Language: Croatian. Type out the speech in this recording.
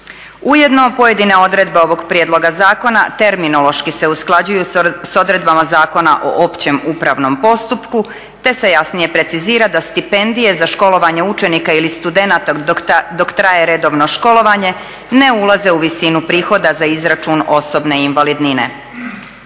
Ujedno pojedine odredbe ovog prijedlog zakona terminološki se usklađuju s odredbama Zakona o opće upravnom postupku te se jasnije precizira za stipendije za školovanje učenika ili studenata dok traje redovno školovanje ne ulaze u visinu prihoda za izračun osobne invalidnine.